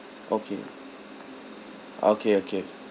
okay okay okay